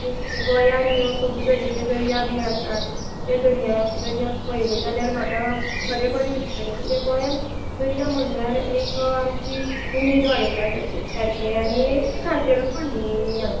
गोंयांत हे खूब तरेचें दर्या बी आसात ते दर्याय दर्याक पळयलें जाल्यार म्हाका खरें बरें दिसतलें कितें गोंयांत दर्या म्हणल्यार एक अं आमची उमेद वाडोवपा सारकें आनी एक तें खाशेंलपण न्ही आमचें